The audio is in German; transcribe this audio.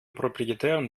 proprietären